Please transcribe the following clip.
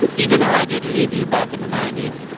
and even though i did leave you back in the nineties.